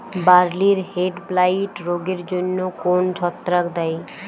বার্লির হেডব্লাইট রোগের জন্য কোন ছত্রাক দায়ী?